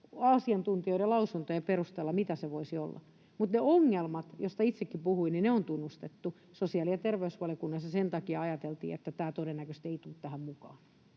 asiantuntijoiden lausuntojen perusteella, mitä se voisi olla. Mutta ne ongelmat, joista itsekin puhuin, on tunnustettu sosiaali- ja terveysvaliokunnassa, ja sen takia ajateltiin, että tämä todennäköisesti ei tule tähän mukaan.